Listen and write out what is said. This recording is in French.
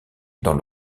dans